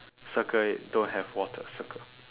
circle it don't have water circle